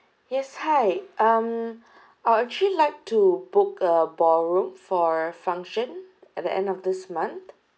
yes hi um I actually like to book a ballroom for function at the end of this month